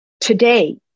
Today